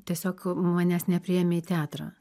tiesiog manęs nepriėmė į teatrą